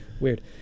Weird